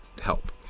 help